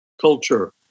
culture